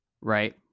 Right